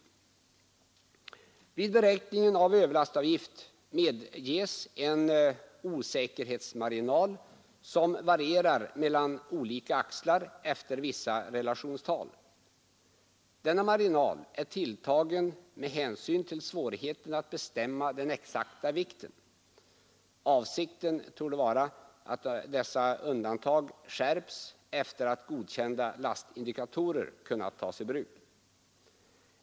Nr 33 Vid beräkningen av överlastavgift medges en osäkerhetsmarginal, som Torsdagen den varierar mellan olika axlar efter vissa relationstal. Denna marginal är 1 mars 1973 tilltagen med hänsyn till svårigheten att bestämma den exakta vikten. Avsikten torde vara att dessa undantag skärpes efter det att godkända lastindikatorer kunnat tas i bruk.